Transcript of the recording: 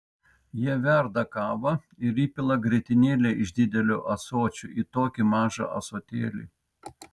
jie verda kavą ir įpila grietinėlę iš didelio ąsočio į tokį mažą ąsotėlį